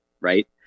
right